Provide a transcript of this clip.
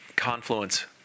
confluence